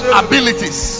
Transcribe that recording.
abilities